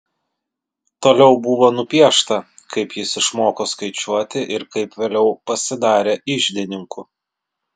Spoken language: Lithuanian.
toliau buvo nupiešta kaip jis išmoko skaičiuoti ir kaip vėliau pasidarė iždininku